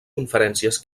conferències